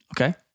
Okay